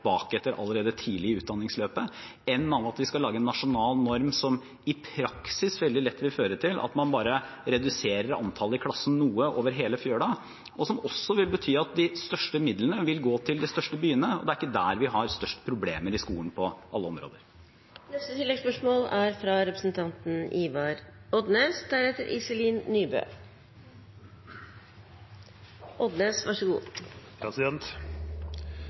allerede tidlig i utdanningsløpet, enn av at vi skal lage en nasjonal norm som i praksis veldig lett vil føre til at man bare reduserer antallet i klassen noe over hele fjøla, og som også vil bety at de største midlene vil gå til de største byene. Det er ikke der vi har størst problemer i skolen, på alle områder. Ivar Odnes – til oppfølgingsspørsmål. Det er